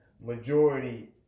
majority